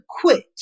quit